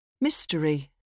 Mystery